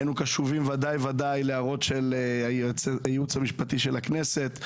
היינו קשובים בוודאי ובוודאי להערות של הייעוץ המשפטי של הכנסת,